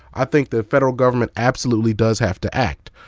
i think the federal government absolutely does have to act.